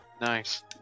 nice